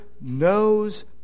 knows